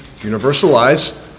universalize